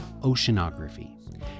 Oceanography